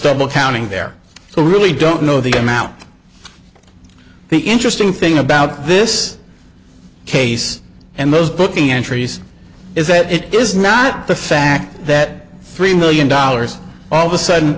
double counting there so really don't know the amount the interesting thing about this case and those booking entries is that it is not the fact that three million dollars all of a sudden